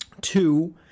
Two